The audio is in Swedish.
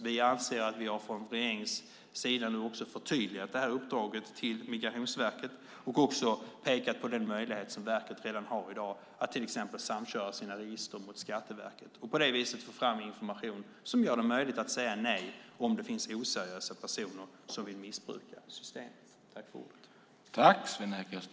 Vi anser att vi från regeringens sida nu har förtydligat uppdraget till Migrationsverket och pekat på den möjlighet som verket redan i dag har att till exempel samköra sina register mot Skatteverket och på det viset få fram information som gör det möjligt att säga nej till oseriösa personer som vill missbruka systemet.